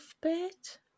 bit